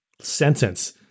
sentence